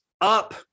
up